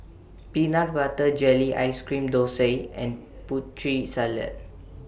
Peanut Butter Jelly Ice Cream Thosai and Putri Salad